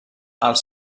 els